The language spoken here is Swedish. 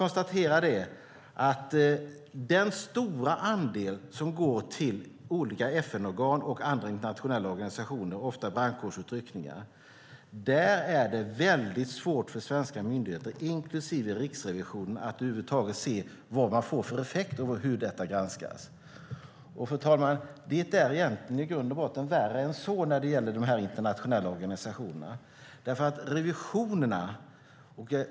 När det gäller den stora andel anslag som går till olika FN-organ och andra internationella organisationer, ofta brandkårsutryckningar, är det svårt för svenska myndigheter, inklusive Riksrevisionen, att över huvud taget se vad anslaget får för effekter och hur detta granskas. Det är i grund och botten värre än så när det gäller de internationella organisationerna.